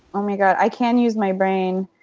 oh, my god. i can use my brain.